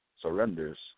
surrenders